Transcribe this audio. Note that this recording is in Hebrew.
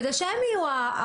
כדי שהם יהיו.